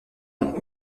ont